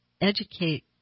educate